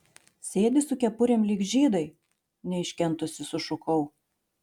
sėdi su kepurėm lyg žydai neiškentusi sušukau